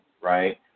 Right